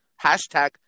Hashtag